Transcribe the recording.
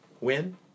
win